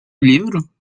livro